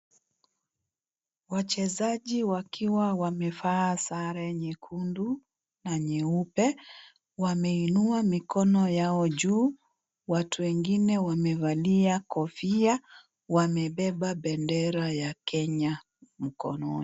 Wachezaji wakiwa wamevaa sare nyekundu na nyeupe, wameinua mikono yao juu watu wengine wamevalia kofia wamebeba bendera ya Kenya mkononi.